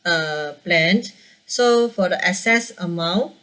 uh plan so for the excess amount